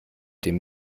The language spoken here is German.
dem